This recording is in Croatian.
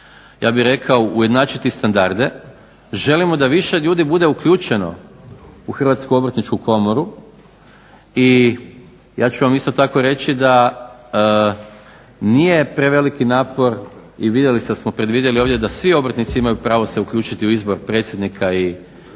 ja bih rekao ujednačiti standarde, želimo da više ljudi bude uključeno u HOK i ja ću vam isto tako reći da nije preveliki napor i vidjeli ste da smo predvidjeli ovdje da svi obrtnici imaju pravo se uključiti u izbor predsjednika i područne